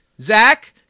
Zach